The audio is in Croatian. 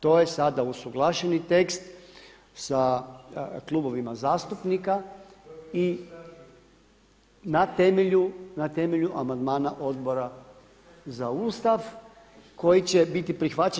To je sada usuglašeni tekst sa klubovima zastupnika i na temelju amandmana Odbora za Ustav koji će biti prihvaćen.